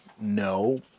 No